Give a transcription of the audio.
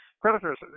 creditors